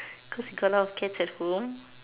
cause got a lot of cats at home